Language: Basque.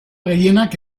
gehienak